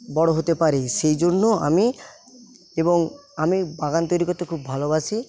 বড়ো হতে পারে সেইজন্য আমি এবং আমি বাগান তৈরি করতে খুব ভালোবাসি